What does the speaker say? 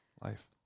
life